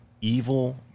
evil